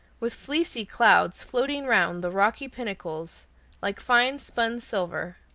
with fleecy clouds floating round the rocky pinnacles like fine spun silver.